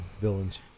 villains